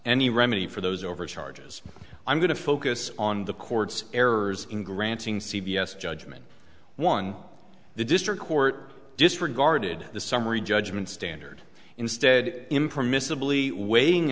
any remedy for those over charges i'm going to focus on the courts errors in granting c b s judgment one the district court disregarded the summary judgment standard instead impermissibly weighing